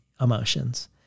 emotions